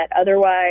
otherwise